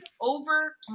over